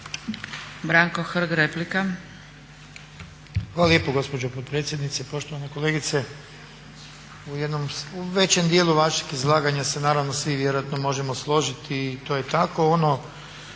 Branko (HSS)** Hvala lijepo gospođo potpredsjednice. Poštovana kolegice, u jednom većem dijelu vašeg izlaganja se naravno svi vjerojatno možemo složiti i to je tako. Ono